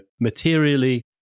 materially